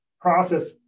process